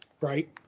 Right